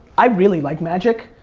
i really like magic.